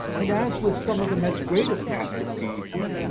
and as with some of the met's greatest masterpieces,